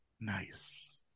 Nice